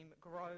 grow